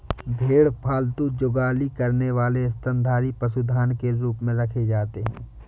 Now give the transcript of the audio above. भेड़ पालतू जुगाली करने वाले स्तनधारी पशुधन के रूप में रखे जाते हैं